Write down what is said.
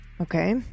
Okay